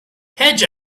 hedge